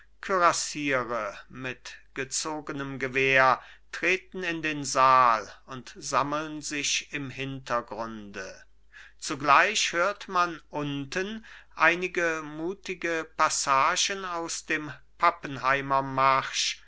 mit gezogenem gewehr treten in den saal und sammeln sich im hintergrunde zugleich hört man unten einige mutige passagen aus dem pappenheimer